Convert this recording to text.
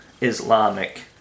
Islamic